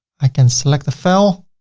i can select the file.